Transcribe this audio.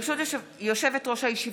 ברשות יושבת-ראש הישיבה,